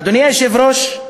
אדוני היושב-ראש,